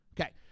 okay